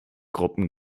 gruppen